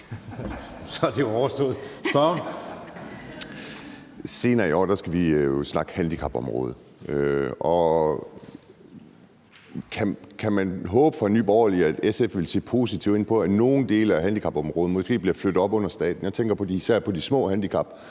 Senere i år skal vi snakke handicapområdet, og kan vi i Nye Borgerlige håbe, at SF vil se positivt på, at nogle dele af handicapområdet måske bliver flyttet op under staten? Jeg tænker især på de små handicapområder,